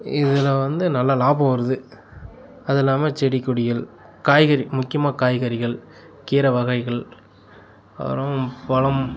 இதில் வந்து நல்ல லாபம் வருது அது இல்லாமல் செடி கொடிகள் காய்கறி முக்கியமாக காய்கறிகள் கீரை வகைகள் அப்புறம் பழம்